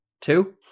two